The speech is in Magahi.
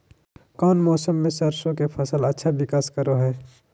कौन मौसम मैं सरसों के फसल अच्छा विकास करो हय?